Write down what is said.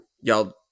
Y'all